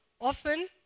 often